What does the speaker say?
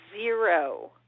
zero